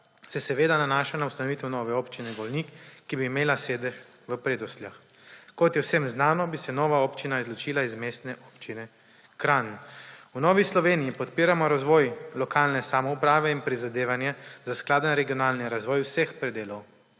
se seveda nanaša na ustanovitev nove Občine Golnik, ki bi imela sedež v Predosljah. Kot je vsem znano, bi se nova občina izločila iz Mestne občine Kranj. V Novi Sloveniji podpiramo razvoj lokalne samouprave in prizadevanja za skladen regionalni razvoj vseh predelov